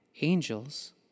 angels